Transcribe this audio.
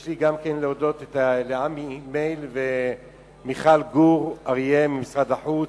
אני מודה גם לעמי מהל ולמיכל גור-אריה ממשרד החוץ,